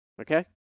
Okay